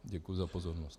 Děkuji za pozornost.